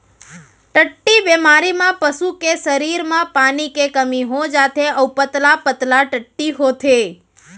टट्टी बेमारी म पसू के सरीर म पानी के कमी हो जाथे अउ पतला पतला टट्टी होथे